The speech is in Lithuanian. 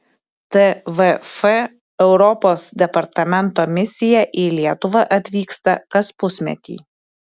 tvf europos departamento misija į lietuvą atvyksta kas pusmetį